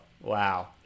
wow